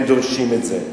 הם דורשים את זה,